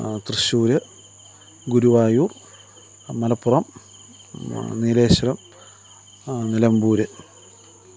Thrissur Guruvayur Malappuram Nileshwaram Nilambur